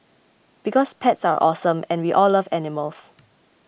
because pets are awesome and we all love animals